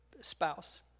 spouse